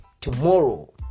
tomorrow